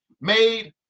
made